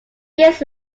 years